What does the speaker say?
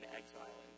exile